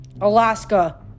Alaska